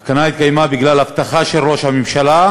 ההפגנה התקיימה בגלל הבטחה של ראש הממשלה,